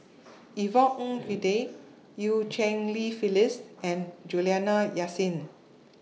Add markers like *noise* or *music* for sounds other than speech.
*noise* Yvonne Ng Uhde EU Cheng Li Phyllis and Juliana Yasin